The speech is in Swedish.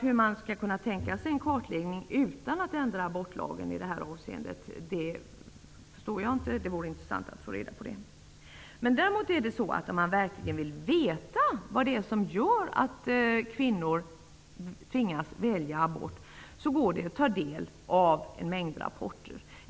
Hur man skall kunna tänka sig en kartläggning utan att ändra abortlagen i det här avseendet, förstår jag inte. Det vore intressant att få reda på. Om man däremot verkligen vill veta vad som gör att kvinnor tvingas välja abort, går det att ta del av en mängd rapporter.